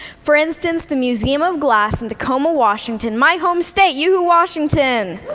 for instance, the museum of glass in tacoma, washington, my home state yoohoo, washington!